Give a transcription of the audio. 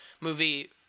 movie